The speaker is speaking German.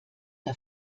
der